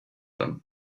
them